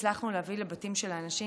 הצלחנו להביא לבתים של אנשים,